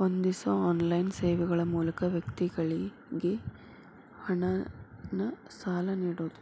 ಹೊಂದಿಸೋ online ಸೇವೆಗಳ ಮೂಲಕ ವ್ಯಕ್ತಿಗಳಿಗಿ ಹಣನ ಸಾಲ ನೇಡೋದು